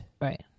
Right